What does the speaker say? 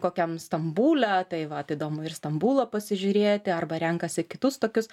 kokiam stambule tai vat įdomu ir stambulą pasižiūrėti arba renkasi kitus tokius